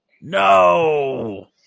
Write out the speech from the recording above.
no